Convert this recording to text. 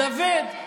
דוד,